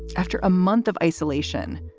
after a month of isolation,